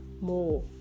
more